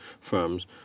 firms